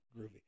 groovy